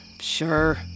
sure